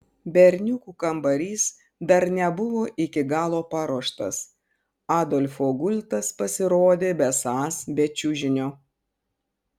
berniukų kambarys dar nebuvo iki galo paruoštas adolfo gultas pasirodė besąs be čiužinio